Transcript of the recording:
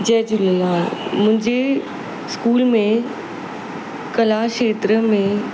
जय झूलेलाल मुंहिंजी स्कूल में कला खेत्र में